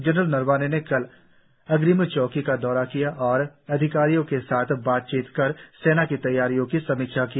general Naravane ने कल अग्रिम चौकी का दौरा किया और अधिकारियों के साथ बातचीत कर सेना की तैयारियों की समीक्षा की